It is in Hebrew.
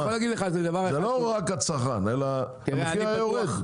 זה לא רק הצרכן, אלא המחיר היה יורד.